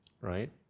Right